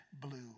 blue